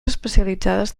especialitzades